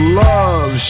love